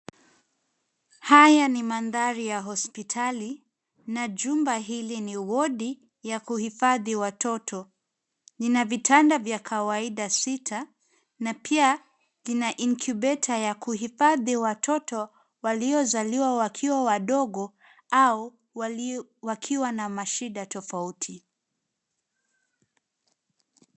Haya ni mandhari ya hospitali na jumba hili ni wadi ya kuhifadhi watoto. Ina vitanda vya kawaida sita na pia ina incubator ya kuhifadhi watoto waliozaliwa wakiwa wadogo au wakiwa na mashida tofauti.